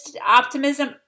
Optimism